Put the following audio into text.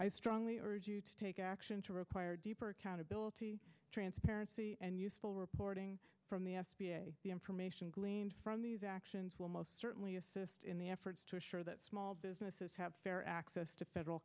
i strongly urge you to take action to require deeper accountability transparency and useful reporting from the information gleaned from these actions will most certainly assist in the efforts to assure that small businesses have fair access to federal